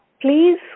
Please